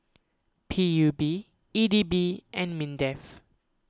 P U B E D B and Mindef